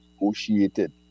negotiated